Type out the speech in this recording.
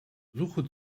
suche